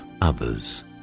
others